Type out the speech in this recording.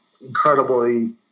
incredibly